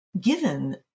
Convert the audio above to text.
given